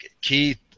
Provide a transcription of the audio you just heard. Keith